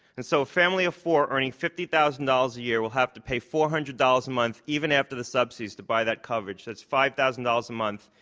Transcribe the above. and so, a family of four earning fifty thousand dollars a year will have to pay four hundred dollars a month, even after the subsidies, to buy that coverage. that's five thousand dollars a month.